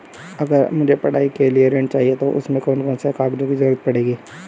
अगर मुझे पढ़ाई के लिए ऋण चाहिए तो उसमें कौन कौन से कागजों की जरूरत पड़ेगी?